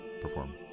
perform